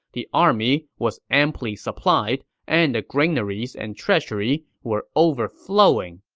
the army was amply supplied, and the granaries and treasury were overflowing.